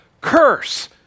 curse